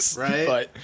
Right